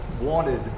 wanted